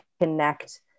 connect